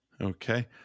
Okay